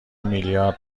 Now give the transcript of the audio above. میلیارد